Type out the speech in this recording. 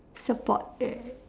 support right